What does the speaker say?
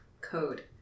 code